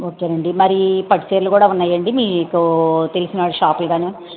ఓకేనండి మరి పట్టు చీరలు కూడా ఉన్నాయా అండి మీకు తెలిసిన వాళ్ళ షాప్లు గాను